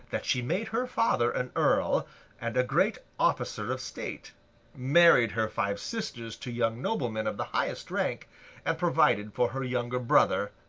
that she made her father an earl and a great officer of state married her five sisters to young noblemen of the highest rank and provided for her younger brother,